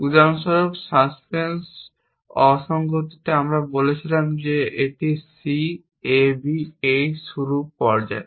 উদাহরণস্বরূপ সাসপেন্স অসঙ্গতিতে আমরা বলেছিলাম এটি C A B এই শুরু পর্যায়